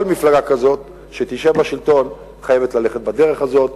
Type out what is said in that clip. מפלגה כזו שתשב בשלטון חייבת ללכת בדרך הזאת.